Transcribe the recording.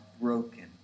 broken